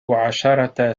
عشرة